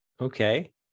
okay